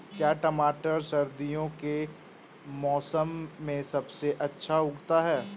क्या टमाटर सर्दियों के मौसम में सबसे अच्छा उगता है?